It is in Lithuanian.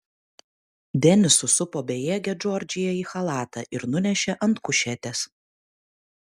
denis susupo bejėgę džordžiją į chalatą ir nunešė ant kušetės